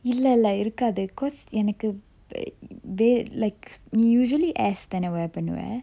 இல்லல்ல இருக்காது:illalla irukkathu cause எனக்கு:enakku err like நீ:nee usually ash தான:thana wear பண்ணுவ:pannuva